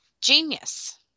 genius